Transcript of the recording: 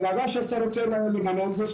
מה שהשר רוצה למנות זה ---,